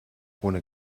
ohne